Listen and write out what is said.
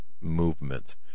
movement